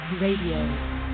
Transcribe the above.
Radio